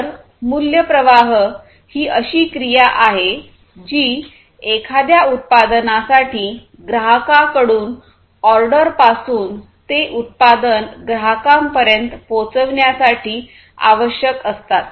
तर मूल्य प्रवाह ही अशी क्रिया आहे जी एखाद्या उत्पादनासाठी ग्राहकांकडून ऑर्डरपासून ते उत्पादन ग्राहकांपर्यंत पोचविण्यासाठी आवश्यक असतात